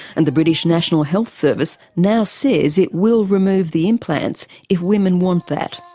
and the british national health service now says it will remove the implants if women want that.